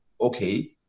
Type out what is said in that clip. okay